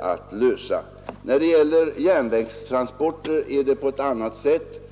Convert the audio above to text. att lösa. Då det gäller järnvägstransporter är det på ett annat sätt.